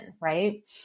right